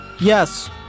Yes